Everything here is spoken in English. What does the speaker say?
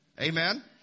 Amen